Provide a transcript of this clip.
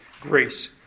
Grace